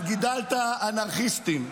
גידלת אנרכיסטים.